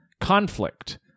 conflict